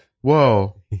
Whoa